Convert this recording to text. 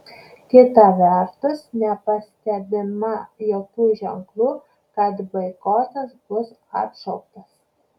kita vertus nepastebima jokių ženklų kad boikotas bus atšauktas